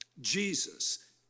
Jesus